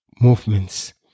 movements